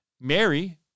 Mary